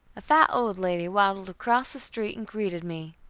a fat old lady waddled across the street and greeted me.